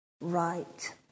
right